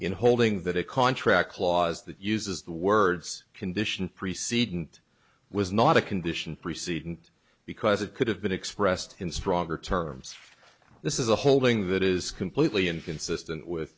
in holding that a contract clause that uses the words condition preceding it was not a condition preceding because it could have been expressed in stronger terms this is a holding that is completely inconsistent with